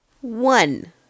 One